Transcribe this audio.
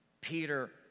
Peter